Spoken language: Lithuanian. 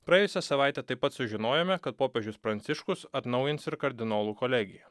praėjusią savaitę taip pat sužinojome kad popiežius pranciškus atnaujins ir kardinolų kolegiją